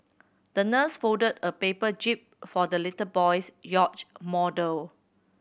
the nurse folded a paper jib for the little boy's yacht model